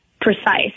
precise